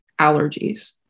allergies